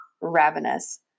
ravenous